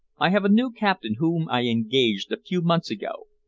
i have a new captain whom i engaged a few months ago,